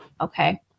Okay